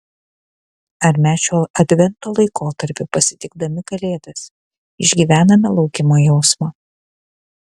ar mes šiuo advento laikotarpiu pasitikdami kalėdas išgyvename laukimo jausmą